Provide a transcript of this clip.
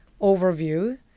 overview